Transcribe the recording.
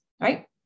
right